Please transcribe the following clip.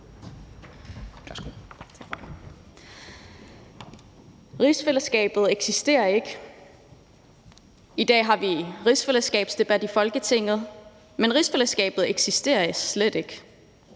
Rigsfællesskabet eksisterer ikke. I dag har vi rigsfællesskabsdebat i Folketinget, men rigsfællesskabet eksisterer slet ikke.